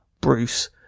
Bruce